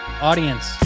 audience